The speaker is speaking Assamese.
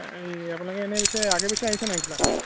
এই আপোনালোকে এনেই পিছে আগে পিছে আহিছে নাই গোলাঘাট